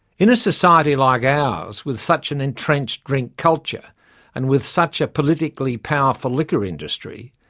in a society like ours, with such an entrenched drink culture and with such a politically powerful liquor industry,